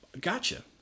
Gotcha